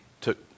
took